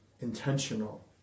intentional